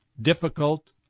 difficult